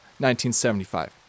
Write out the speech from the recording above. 1975